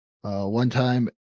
one-time